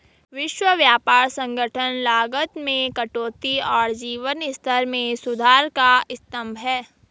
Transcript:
विश्व व्यापार संगठन लागत में कटौती और जीवन स्तर में सुधार का स्तंभ है